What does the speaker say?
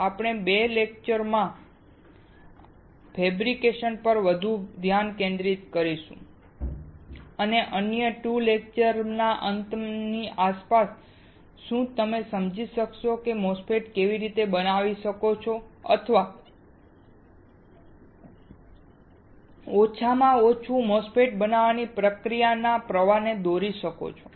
આગામી 2 લેક્ચર્સમાં આપણે ફેબ્રિકેશન ભાગ પર વધુ ધ્યાન કેન્દ્રિત કરીશું અને અન્ય કોઈ 2 લેક્ચર્સના અંતની આસપાસ શું તમે સમજી શકશો કે તમે MOSFET કેવી રીતે બનાવી શકો છો અથવા ઓછામાં ઓછું MOSFET બનાવવાની પ્રક્રિયાનો પ્રવાહ દોરી શકો છો